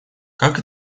как